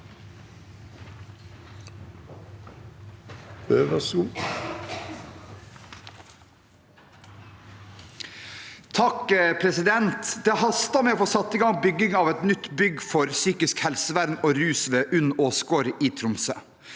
(H) Det haster med å få satt i gang bygging av et nytt bygg for psykisk helsevern og rus ved UNN Åsgård i Tromsø.